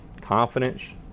confidence